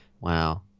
wow